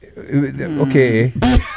Okay